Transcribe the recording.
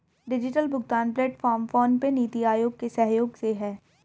digital भुगतान platform PhonePe, NITI Aayog के सहयोग से है